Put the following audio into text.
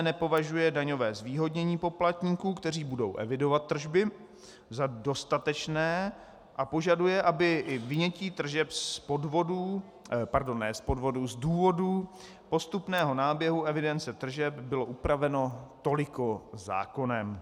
Nepovažuje daňové zvýhodnění poplatníků, kteří budou evidovat tržby, za dostatečné a požaduje, aby i vynětí tržeb z podvodů pardon, ne z podvodů, z důvodů postupného náběhu evidence tržeb bylo upraveno toliko zákonem.